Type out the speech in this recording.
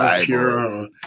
pure